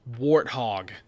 Warthog